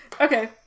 Okay